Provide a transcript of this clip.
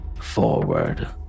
forward